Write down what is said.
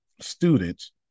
students